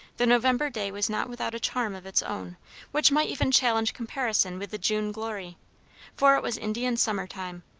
the november day was not without a charm of its own which might even challenge comparison with the june glory for it was indian summer time,